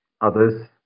Others